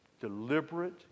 deliberate